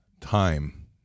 time